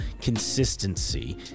consistency